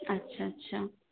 আচ্ছা আচ্ছা